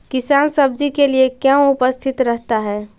किसान सब्जी के लिए क्यों उपस्थित रहता है?